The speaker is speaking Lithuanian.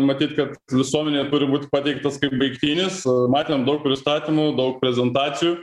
matyt kad visuomenėje turi būti pateiktas kaip baigtinis matėm daug pristatymų daug prezentacijų